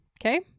Okay